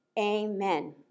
amen